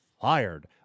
fired